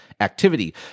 activity